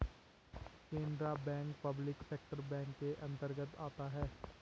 Canara bank public sector bank के अंतर्गत आता है